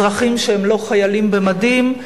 אזרחים שהם לא חיילים במדים,